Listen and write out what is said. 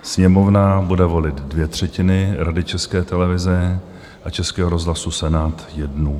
Sněmovna bude volit dvě třetiny Rady České televize a Českého rozhlasu, Senát jednu.